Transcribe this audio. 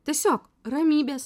tiesiog ramybės